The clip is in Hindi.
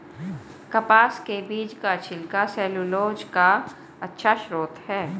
कपास के बीज का छिलका सैलूलोज का अच्छा स्रोत है